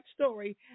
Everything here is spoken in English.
story